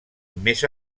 més